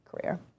career